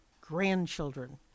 grandchildren